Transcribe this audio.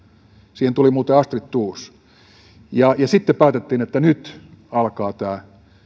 siihen tuli muuten astrid thors sitten päätettiin että nyt alkaa tämä